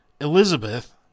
Elizabeth